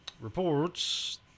Reports